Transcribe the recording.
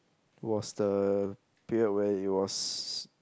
was the period where it was